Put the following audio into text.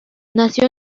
nació